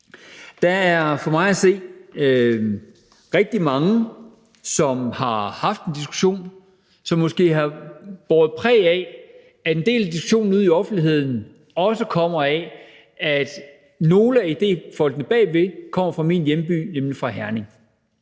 Der er for mig at se rigtig mange, der har haft en diskussion, som måske har båret præg af, at en del af diskussionerne i offentligheden også kommer af, at nogle af idéfolkene bagved kommer fra min hjemby, nemlig Herning.